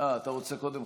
אתה רוצה קודם?